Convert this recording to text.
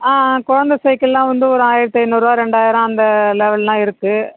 ஆ ஆ குலந்த சைக்கிள்லாம் வந்து ஒரு ஆயிரத்து ஐந்நூறுரூவா ரெண்டாயிரம் அந்த லெவல்லாம் இருக்கு